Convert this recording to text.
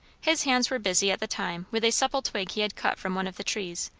his hands were busy at the time with a supple twig he had cut from one of the trees,